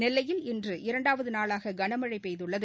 நெல்லையில் இன்று இரண்டாவது நாளாக கன மழை பெய்துள்ளது